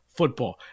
Football